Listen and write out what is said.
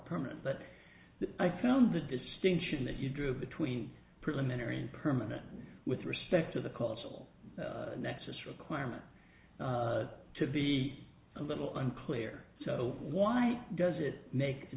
permanent but i count the distinction that you drew between preliminary and permanent with respect to the cultural nexus requirement to be a little unclear so why does it make a